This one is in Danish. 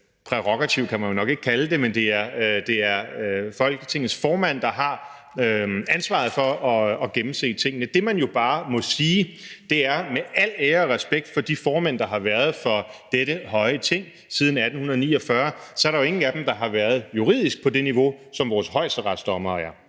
prærogativ kan man jo nok ikke kalde det, men det er Folketingets formand, der har ansvaret for at gennemse tingene. Det, man bare må sige, med al ære og respekt for de formænd, der har været for dette høje Ting siden 1849, er, at der jo ikke er nogen af dem, der juridisk har været på det niveau, som vores højesteretsdommere er.